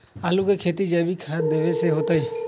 आलु के खेती जैविक खाध देवे से होतई?